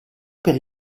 per